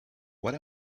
what